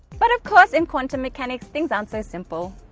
but of course, in quantum mechanics things aren't so simple.